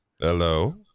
Hello